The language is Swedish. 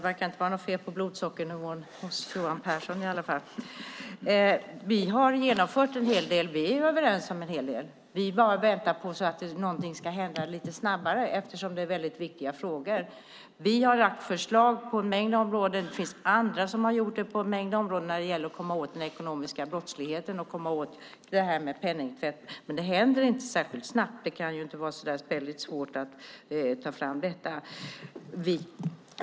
Herr talman! Vi är överens om och har också genomfört en hel del. Vi väntar bara på att det ska ske lite snabbare eftersom det handlar om viktiga frågor. Vi har lagt fram förslag på en mängd områden när det gäller att komma åt den ekonomiska brottsligheten och penningtvätten; det finns också andra som har gjort det. Det går inte framåt särskilt snabbt, trots att det inte kan vara så väldigt svårt att ta fram förslag.